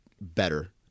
better